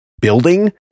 building